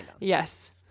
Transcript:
Yes